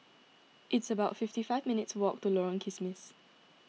it's about fifty five minutes' walk to Lorong Kismis